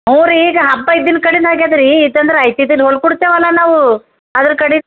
ಹ್ಞೂ ರೀ ಈಗ ಹಬ್ಬ ಇದ್ದಿನ ಕಡಿನ ಆಗ್ಯಾದ ರೀ ಇತ್ತಂದ್ರೆ ಆಯ್ತಿದಿಲ್ಲ ಹೋಲ್ಕೊಡ್ತೇವಲ್ಲ ನಾವು ಅದರ ಕಡೆ